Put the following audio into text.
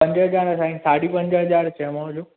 पंज हज़ार आहे साईं साॾी पंज हज़ार चयोमांव जो